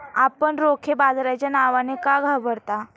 आपण रोखे बाजाराच्या नावाने का घाबरता?